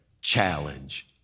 challenge